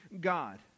God